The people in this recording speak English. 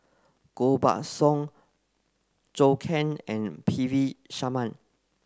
Koh Buck Song Zhou Can and P V Sharma